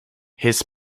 his